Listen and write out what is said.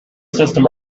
system